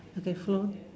okay flow